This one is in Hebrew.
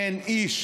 אין איש